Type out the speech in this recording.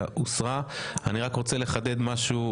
אני לא רוצה ועדה משותפת.